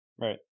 Right